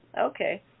Okay